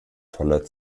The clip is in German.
voller